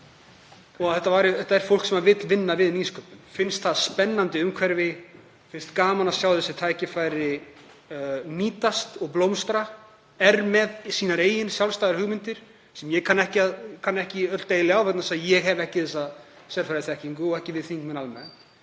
Þetta er fólk sem vill vinna við nýsköpun, finnst það spennandi umhverfi, finnst gaman að sjá þessi tækifæri nýtast og blómstra, er með sínar eigin sjálfstæðu hugmyndir sem ég kann ekki öll deili á vegna þess að ég hef ekki þessa sérfræðiþekkingu og ekki við þingmenn almennt.